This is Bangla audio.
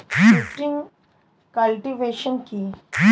শিফটিং কাল্টিভেশন কি?